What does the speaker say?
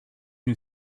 new